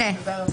כן,